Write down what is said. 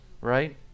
right